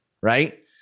right